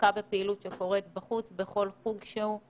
להדבקה בפעילות שקורית בחוץ בכל חוג שהוא,